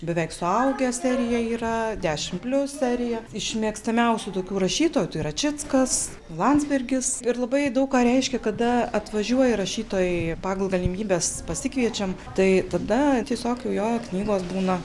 beveik suaugę serija yra dešim plius serija iš mėgstamiausių tokių rašytojų tai račickas landsbergis ir labai daug ką reiškia kada atvažiuoja rašytojai pagal galimybes pasikviečiam tai tada tiesiog jo knygos būna